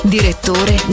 Direttore